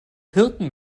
hirten